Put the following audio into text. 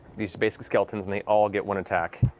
these basic skeletons, and they all get one attack.